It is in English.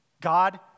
God